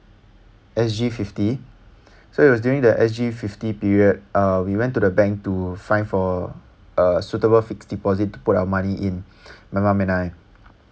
S_G fifty so it was during the S_G fifty period uh we went to the bank to find for a suitable fixed deposit to put our money in my mum and I